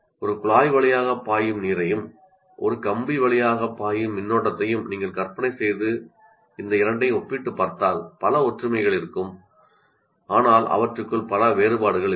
' ஒரு குழாய் வழியாகப் பாயும் நீரையும் ஒரு கம்பி வழியாகப் பாயும் மின்னோட்டத்தையும் நீங்கள் கற்பனை செய்து இந்த இரண்டையும் ஒப்பிட்டுப் பார்த்தால் பல ஒற்றுமைகள் இருக்கும் ஆனால் அவற்றுக்கும் பல வேறுபாடுகள் இருக்கும்